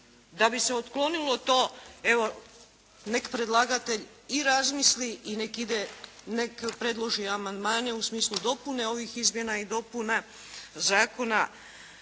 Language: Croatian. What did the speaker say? Da bi se otklonilo, evo neka predlagatelj i razmisli i neka ide, neka predloži amandmane u smislu dopune ovih izmjena i dopuna zakona,